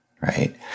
right